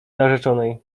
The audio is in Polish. narzeczonej